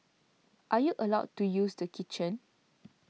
are you allowed to use the kitchen